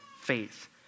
faith